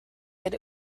that